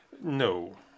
No